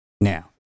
Now